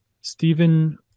Stephen